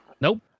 Nope